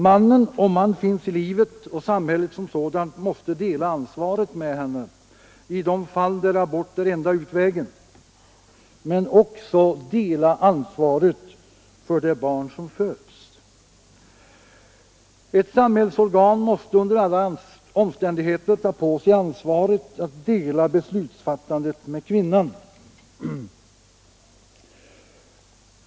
Mannen — om han finns i livet — och samhället som sådant måste dela ansvaret med henne i de fall där abort är enda utvägen men också dela ansvaret för det barn som föds. Ett samhällsorgan måste under alla omständigheter ta på sig ansvaret att dela beslutsfattandet med kvinnan.